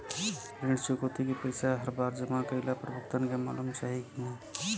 ऋण चुकौती के पैसा हर बार जमा कईला पर भुगतान के मालूम चाही की ना?